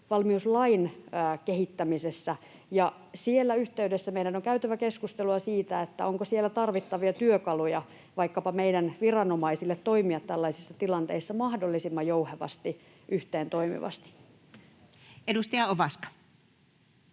valmiuslain kehittämisessä, ja siinä yhteydessä meidän on käytävä keskustelua siitä, onko siellä tarvittavia työkaluja vaikkapa meidän viranomaisille toimia tällaisissa tilanteissa mahdollisimman jouhevasti yhteentoimivasti. [Speech 33]